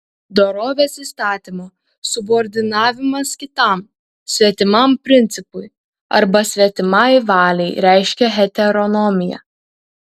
dorovės įstatymo subordinavimas kitam svetimam principui arba svetimai valiai reiškia heteronomiją